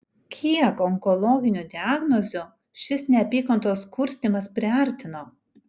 kiek onkologinių diagnozių šis neapykantos kurstymas priartino